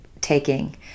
taking